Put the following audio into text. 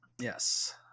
Yes